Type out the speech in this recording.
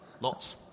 lots